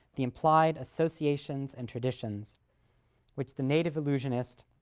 the implied associations and traditions which the native illusionist,